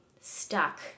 stuck